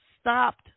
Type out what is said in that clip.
stopped